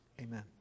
Amen